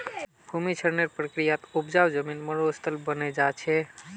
भूमि क्षरनेर प्रक्रियात उपजाऊ जमीन मरुस्थल बने जा छे